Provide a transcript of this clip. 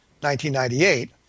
1998